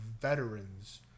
veterans